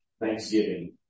Thanksgiving